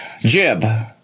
jib